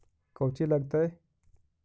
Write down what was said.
कौची लगतय?